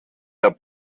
der